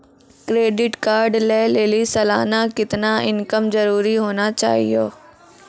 Credit card लय लेली सालाना कितना इनकम जरूरी होना चहियों?